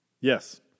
Yes